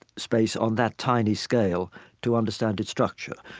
space on that tiny scale to understand its structure.